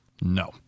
No